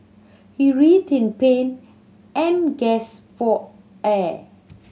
he writhed in pain and gasp for air